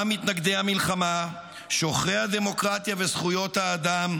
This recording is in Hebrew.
גם מתנגדי המלחמה, שוחרי הדמוקרטיה וזכויות האדם,